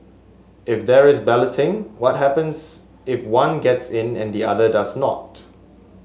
if there is balloting what happens if one gets in and the other does not